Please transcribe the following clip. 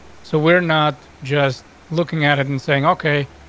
so we're not just looking at it and saying, ok,